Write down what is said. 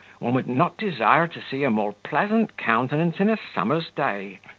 one would not desire to see a more pleasant countenance in a summer's day.